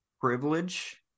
privilege